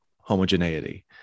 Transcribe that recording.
homogeneity